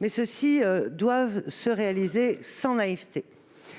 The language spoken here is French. mais ceux-ci doivent se réaliser sans naïveté.